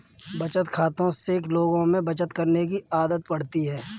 बचत खाते से लोगों में बचत करने की आदत बढ़ती है